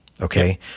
Okay